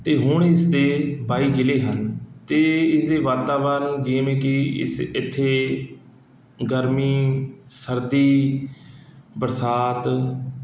ਅਤੇ ਹੁਣ ਇਸ ਦੇ ਬਾਈ ਜ਼ਿਲ੍ਹੇ ਹਨ ਅਤੇ ਇਸਦੇ ਵਾਤਾਵਰਨ ਜਿਵੇਂ ਕਿ ਇਸ ਇੱਥੇ ਗਰਮੀ ਸਰਦੀ ਬਰਸਾਤ